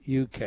UK